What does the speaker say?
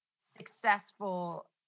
successful